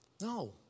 No